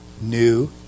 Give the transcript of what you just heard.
New